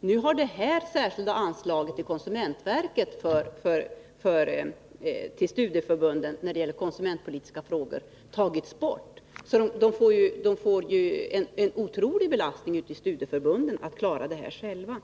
Nu har detta särskilda anslag till konsumentverket när det gäller studieförbunden och utbildning i konsumentpolitiska frågor tagits bort. Studieförbunden får en otroligt tung belastning, om de skall kunna klara detta själva.